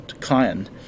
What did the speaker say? client